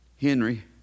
Henry